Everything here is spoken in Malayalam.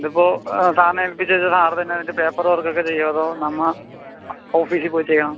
ഇതിപ്പോൾ സാറിനെ ഏൽപ്പിച്ചാൽ തന്നെ അതിൻ്റെ പേപ്പർ വർക്കൊക്കെ ചെയ്യുവോ അതോ നമ്മൾ ഓഫീസിൽ പോയി ചെയ്യണോ